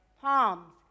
palms